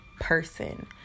person